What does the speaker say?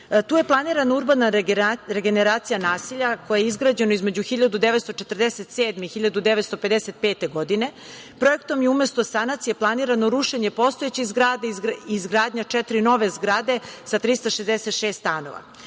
Tu je planirana urbana regeneracija naselja, koje je izgrađeno između 1947. i 1955. godine. Projektom je umesto sanacije planirano rušenje postojećih zgrada i izgradnja četiri nove zgrade sa 366